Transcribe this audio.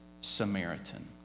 Samaritan